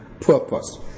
purpose